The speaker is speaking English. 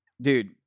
dude